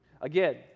Again